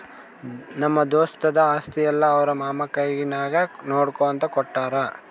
ನಮ್ಮ ದೋಸ್ತದು ಆಸ್ತಿ ಎಲ್ಲಾ ಅವ್ರ ಮಾಮಾ ಕೈನಾಗೆ ನೋಡ್ಕೋ ಅಂತ ಕೊಟ್ಟಾರ್